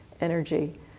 energy